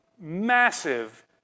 massive